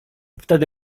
wtedy